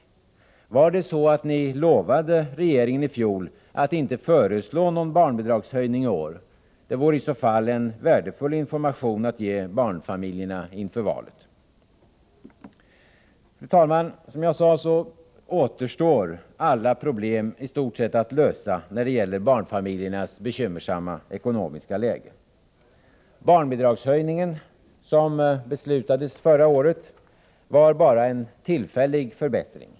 Var det så, att ni lovade regeringen i fjol att inte föreslå någon barnbidragshöjning i år? Det vore i så fall en värdefull information att ge barnfamiljerna inför valet. Fru talman! Som jag sade återstår i stort sett alla problem att lösa när det gäller barnfamiljernas bekymmersamma ekonomiska läge. Barnbidragshöjningen, som beslutades förra året, var bara en tillfällig förbättring.